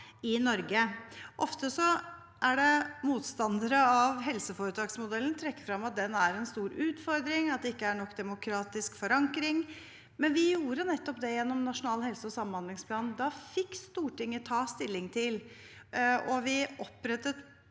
i Norge. Ofte trekker motstandere av helseforetaksmodellen frem at den er en stor utfordring, at det ikke er nok demokratisk forankring, men vi gjorde nettopp det gjennom Nasjonal helse- og samhandlingsplan. Da fikk Stortinget ta stilling til det, og vi opprettet